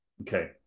Okay